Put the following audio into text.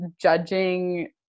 judging